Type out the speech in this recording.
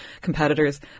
competitors